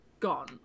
Gone